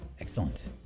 excellent